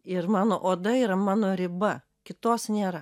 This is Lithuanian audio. ir mano oda yra mano riba kitos nėra